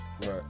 Right